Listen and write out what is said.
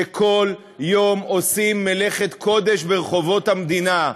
שכל יום עושים מלאכת קודש ברחובות המדינה,